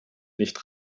nicht